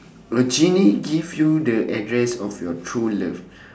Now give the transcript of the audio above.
a genie give you the address of your true love